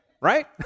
Right